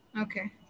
Okay